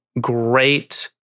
great